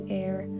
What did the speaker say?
air